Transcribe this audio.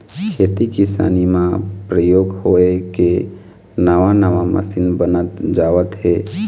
खेती किसानी म परयोग होय के नवा नवा मसीन बनत जावत हे